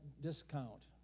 discount